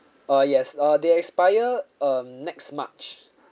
uh yes uh they expire um next march